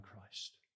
Christ